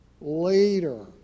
later